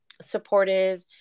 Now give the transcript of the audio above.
Supportive